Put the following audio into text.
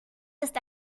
ist